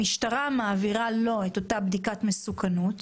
המשטרה מעבירה לו את אותה בדיקת מסוכנות